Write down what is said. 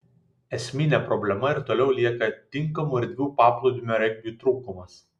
esminė problema ir toliau lieka tinkamų erdvių paplūdimio regbiui trūkumas